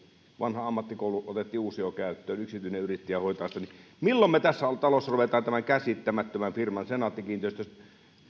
vanha ammattikoulu otettiin uusiokäyttöön yksityinen yrittäjä hoitaa sitä milloin me tässä talossa rupeamme tämän käsittämättömän firman senaatti kiinteistöjen